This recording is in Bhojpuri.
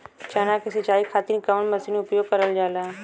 चना के सिंचाई खाती कवन मसीन उपयोग करल जाला?